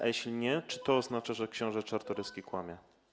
A jeśli nie, to czy to oznacza, że książę Czartoryski kłamie?